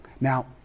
Now